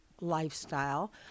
lifestyle